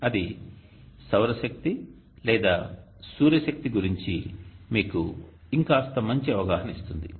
అది సౌర శక్తి లేదా సూర్యశక్తి గురించి మీకు ఇంకాస్త మంచి అవగాహన ఇస్తుంది